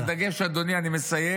אבל הדגש, אדוני, אני מסיים,